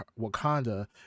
wakanda